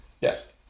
Yes